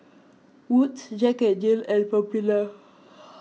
Wood's Jack N Jill and Popular